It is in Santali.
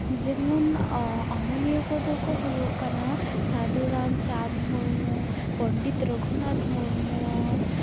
ᱡᱮᱢᱚᱱ ᱚᱱᱚᱞᱤᱭᱟᱹ ᱠᱚᱫᱚ ᱠᱚ ᱦᱩᱭᱩᱜ ᱠᱟᱱᱟ ᱥᱟᱫᱷᱩ ᱨᱟᱢᱪᱟᱸᱫᱽ ᱢᱩᱨᱢᱩ ᱯᱚᱱᱰᱤᱛ ᱨᱚᱜᱷᱩᱱᱟᱛᱷ ᱢᱩᱨᱢᱩ